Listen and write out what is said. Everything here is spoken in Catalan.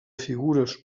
figures